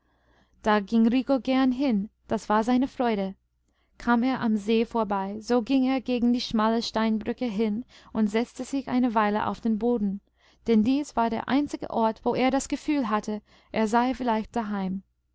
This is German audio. da ging rico gern hin das war seine freude kam er am see vorbei so ging er gegen die schmale steinbrücke hin und setzte sich eine weile auf den boden denn dies war der einzige ort wo er das gefühl hatte er sei vielleicht daheim